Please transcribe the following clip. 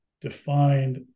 defined